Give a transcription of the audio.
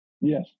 yes